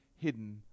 hidden